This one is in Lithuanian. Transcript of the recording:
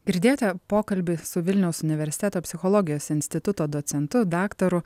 girdėti pokalbis su vilniaus universiteto psichologijos instituto docentu daktaru